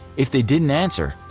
if they didn't answer,